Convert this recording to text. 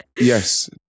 Yes